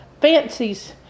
fancies